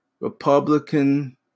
Republican